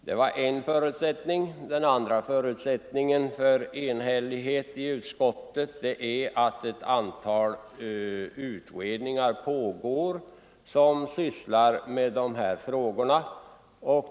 Det är en förutsättning. Den andra förutsättningen för enhällighet i utskottet har varit att det pågår ett antal utredningar som skall behandla dessa frågor.